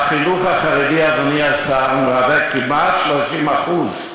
החינוך החרדי, אדוני השר, מהווה כמעט 30%,